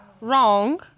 Wrong